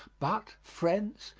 but, friends,